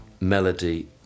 melody